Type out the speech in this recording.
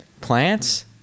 Plants